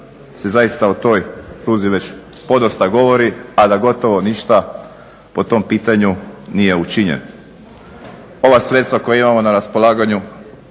Ova sredstva koja imamo na raspolaganju